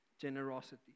generosity